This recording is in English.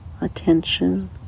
attention